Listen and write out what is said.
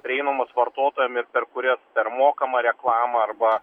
prieinamos vartotojam ir per kurias per mokamą reklamą arba